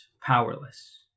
powerless